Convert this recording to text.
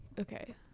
Okay